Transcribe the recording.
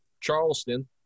Charleston